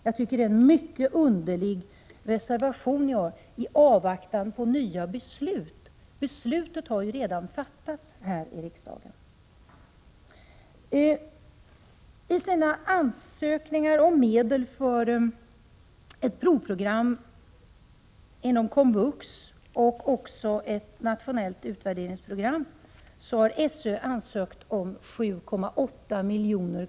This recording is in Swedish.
Jag tycker det är en mycket underlig reservation ni har avgivit i avvaktan på nya beslut. Beslutet har ju redan fattats här i riksdagen. I sina ansökningar om medel för ett provprogram inom komvux och också ett nationellt utvärderingsprogram har SÖ begärt 7,3 miljoner.